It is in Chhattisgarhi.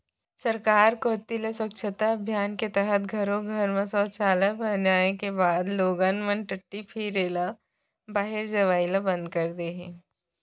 सरकार कोती ले स्वच्छता अभियान के तहत घरो घर म सौचालय बनाए के बाद लोगन मन टट्टी फिरे ल बाहिर जवई ल बंद कर दे हें